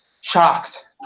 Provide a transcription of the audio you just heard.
Shocked